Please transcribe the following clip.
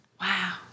Wow